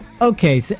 Okay